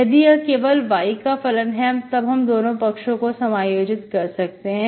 यदि यह केवल y का फलन है तब हम दोनों पक्षों को समायोजित कर सकते हैं